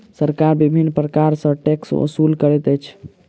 सरकार विभिन्न प्रकार सॅ टैक्स ओसूल करैत अछि